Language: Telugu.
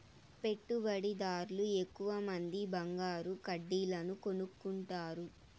పెట్టుబడిదార్లు ఎక్కువమంది బంగారు కడ్డీలను కొనుక్కుంటారు